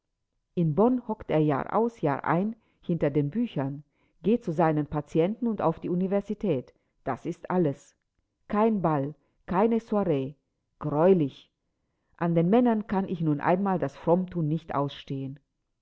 in bonn hockt er jahraus jahrein hinter den büchern geht zu seinen patienten und auf die universität das ist alles kein ball keine soiree greulich an den männern kann ich nun einmal das frommthun nicht ausstehen